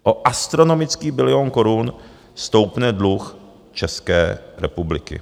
O astronomický bilion korun stoupne dluh České republiky!